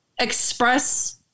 express